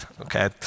okay